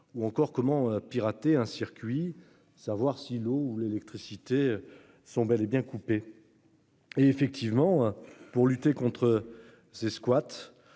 Ou encore comment pirater un circuit savoir si l'eau ou l'électricité sont bel et bien coupés. Et effectivement. Pour lutter contre ces squats